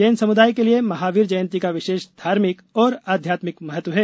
जैन सम्दाय के लिए महावीर जयंती का विशेष धार्मिक और आध्यात्मिक महत्व है